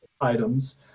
items